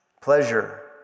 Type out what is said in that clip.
Pleasure